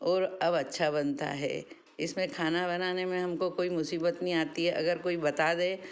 और अब अच्छा बनता है इसमें खाना बनाने में हमको कोई मुसीबत नहीं आती है अगर कोई बता दे